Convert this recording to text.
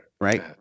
Right